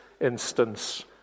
instance